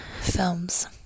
films